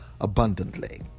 abundantly